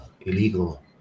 illegal